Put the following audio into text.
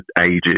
ages